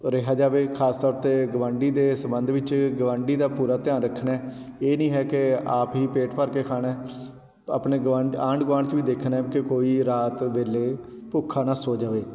ਰਿਹਾ ਜਾਵੇ ਖਾਸ ਤੌਰ 'ਤੇ ਗੁਆਂਢੀ ਦੇ ਸੰਬੰਧ ਵਿੱਚ ਗੁਆਂਢੀ ਦਾ ਪੂਰਾ ਧਿਆਨ ਰੱਖਣਾ ਇਹ ਨਹੀਂ ਹੈ ਕਿ ਆਪ ਹੀ ਪੇਟ ਭਰ ਕੇ ਖਾਣਾ ਹੈ ਆਪਣੇ ਗੁਆਂਢ ਆਂਢ ਗੁਆਂਢ 'ਚ ਵੀ ਦੇਖਣਾ ਹੈ ਕਿ ਕੋਈ ਰਾਤ ਵੇਲੇ ਭੁੱਖਾ ਨਾ ਸੌ ਜਾਵੇ